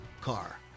car